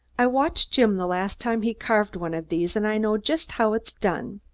i watched jim the last time he carved one of these and i know just how it's done.